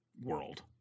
world